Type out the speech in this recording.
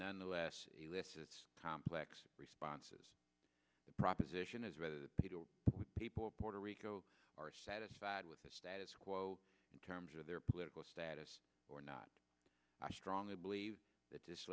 nonetheless elicits complex responses proposition as whether the people with people of puerto rico are satisfied with the status quo in terms of their political status or not i strongly believe that this